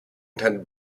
attended